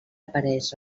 apareix